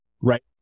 right